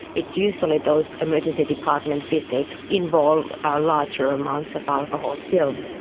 it's usually those emergency department visits involve ah larger amounts of alcohol. still,